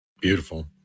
Beautiful